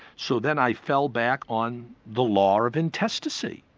so then i fell back on the law of intestacy.